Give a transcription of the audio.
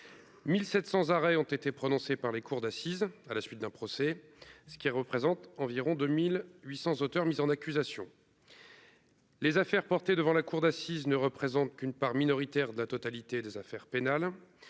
700 arrêts ont été prononcées par les cours d'assises à la suite d'un procès, ce qui représente environ 2800 auteur mise en accusation. Les affaires portées devant la cour d'assises ne représente qu'une part minoritaire de la totalité des affaires pénales,